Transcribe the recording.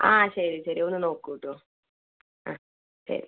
ആ ശരി ശരി ഒന്ന് നോക്കൂട്ടോ ആ ശരി